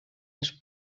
els